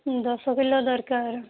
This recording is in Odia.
ଦଶ କିଲୋ ଦରକାର